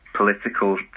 political